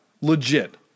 legit